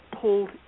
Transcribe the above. pulled